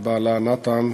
לבעלה נתן,